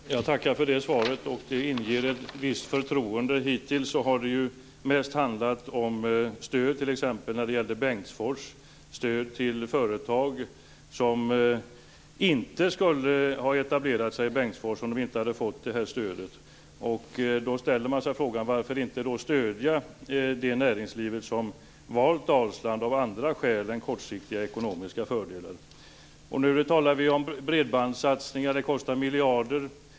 Fru talman! Jag tackar för det svaret. Det inger ett visst förtroende. Hittills har det ju mest handlat om stöd - t.ex. när det gällde Bengtsfors - till företag som inte skulle ha etablerat sig i Bengtsfors om de inte hade fått stödet. Då ställer man sig frågan: Varför inte stödja det näringsliv som valt Dalsland av andra skäl än kortsiktiga ekonomiska fördelar? Nu talar vi om bredbandssatsningar. Det kostar miljarder.